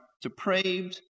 depraved